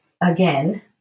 again